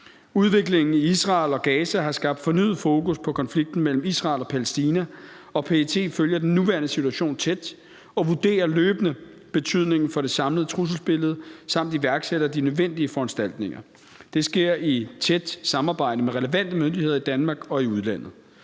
Udviklingen i Israel og Gaza har skabt fornyet fokus på konflikten mellem Israel og Palæstina, og PET følger den nuværende situation tæt og vurderer løbende betydningen for det samlede trusselsbillede samt iværksætter de nødvendige foranstaltninger. Det sker i et tæt samarbejde med relevante myndigheder i Danmark og i udlandet.